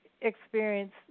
experience